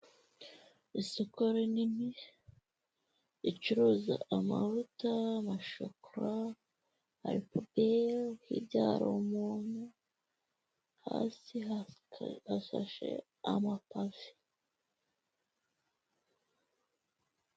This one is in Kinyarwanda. Isoko rinini ricuruza amavuta na shokora hari pubeli hirya hari umuntu hasi hashashe amapave.